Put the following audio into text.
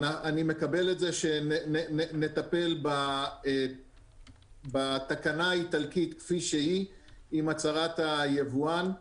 אני מקבל את זה שנטפל בתקנה האיטלקית כפי שהיא עם הצהרת היבואן.